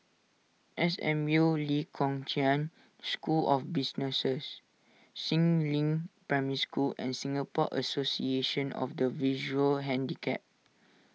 S M U Lee Kong Chian School of Businesses Si Ling Primary School and Singapore Association of the Visual Handicapped